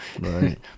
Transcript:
Right